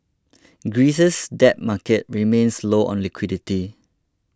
Greece's debt market remains low on liquidity